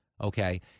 Okay